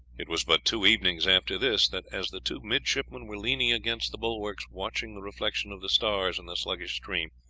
it was but two evenings after this that, as the two midshipmen were leaning against the bulwarks, watching the reflection of the stars in the sluggish stream,